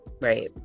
right